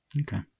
Okay